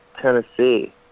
Tennessee